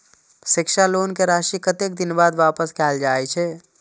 शिक्षा लोन के राशी कतेक दिन बाद वापस कायल जाय छै?